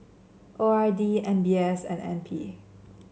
O R D M B S and N P